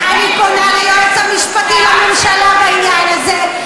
אני פונה ליועץ המשפטי לממשלה בעניין הזה.